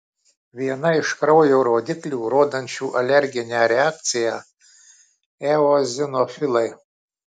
viena iš kraujo rodiklių rodančių alerginę reakciją eozinofilai